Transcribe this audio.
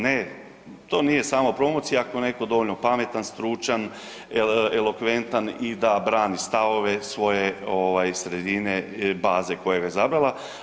Ne, to nije samo promocija ako je neko dovoljno pametan, stručan, elokventan i da brani stavove svoje ovaj sredine i baze koja ga je izabrala.